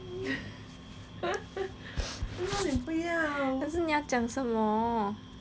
可是你要讲什么